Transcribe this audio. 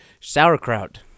Sauerkraut